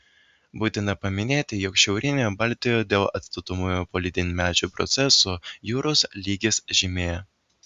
būtina paminėti jog šiaurinėje baltijoje dėl atstatomųjų poledynmečio procesų jūros lygis žemėja